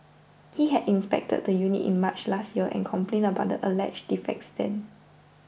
he had inspected the unit in March last year and complained about the alleged defects then